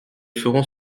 ferons